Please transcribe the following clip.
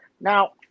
Now